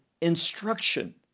instruction